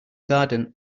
garden